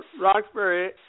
Roxbury